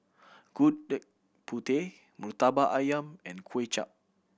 Gudeg Putih Murtabak Ayam and Kuay Chap